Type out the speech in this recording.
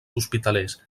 hospitalers